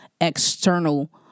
external